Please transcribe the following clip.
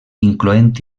incloent